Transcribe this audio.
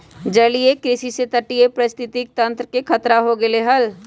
जलीय कृषि से तटीय पारिस्थितिक तंत्र के खतरा हो गैले है